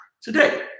Today